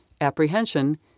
apprehension